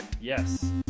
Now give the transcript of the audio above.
Yes